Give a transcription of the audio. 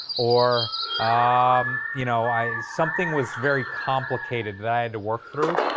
or um you know i something was very complicated that i had to work through,